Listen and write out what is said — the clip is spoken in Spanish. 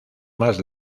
más